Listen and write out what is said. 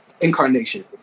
incarnation